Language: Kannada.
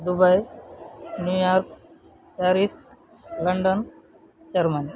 Dubai New York Paris London Germany